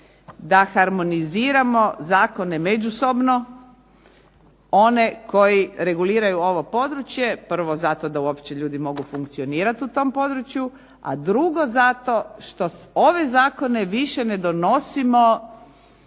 da harmoniziramo zakone međusobno one koji reguliraju ovo područje prvo zato da ljudi uopće mogu funkcionirati u tom području, a drugo zato što ove zakone više ne donosimo